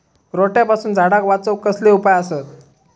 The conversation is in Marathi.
रोट्यापासून झाडाक वाचौक कसले उपाय आसत?